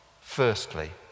firstly